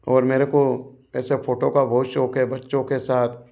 और मेरे को ऐसे फोटो का बहुत शौक़ है बच्चों के साथ